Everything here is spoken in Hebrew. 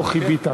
לא חיבית.